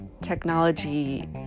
technology